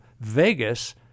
Vegas